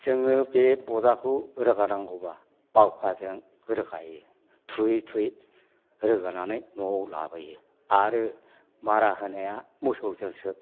जोङो बे बजाखौ रोगानांगौबा बावखाजों रोगायो थुयै थुयै रोगानानै न'आव लाबोयो आरो मारा होनाया मोसौजोंसो